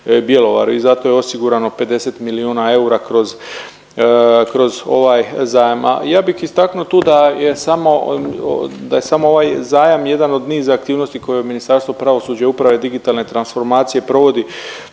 i za to je osigurano 50 milijuna eura kroz, kroz ovaj zajam. Ja bih istaknuo tu da je samo, da je samo ovaj zajam jedan od niza aktivnosti koje Ministarstvo pravosuđa, uprave i digitalne transformacije provodi